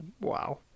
wow